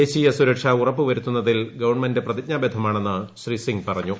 ദേശീയ സുരക്ഷ ഉറപ്പു വരുത്തുന്നതിൽ ഗവൺമെന്റ് പ്രതിജ്ഞാബദ്ധമാണെന്ന് ശ്രീ സിംഗ് ്പറഞ്ഞു